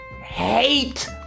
hate